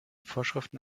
vorschriften